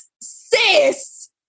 sis